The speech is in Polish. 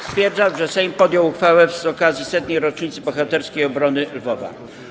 Stwierdzam, że Sejm podjął uchwałę z okazji 100. rocznicy bohaterskiej obrony Lwowa.